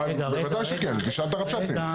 בוודאי שכן, תשאל את הרבש"צים.